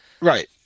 Right